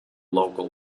local